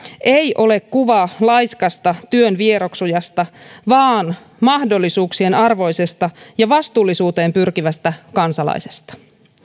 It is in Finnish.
ei ole kuva laiskasta työn vieroksujasta vaan mahdollisuuksien arvoisesta ja vastuullisuuteen pyrkivästä kansalaisesta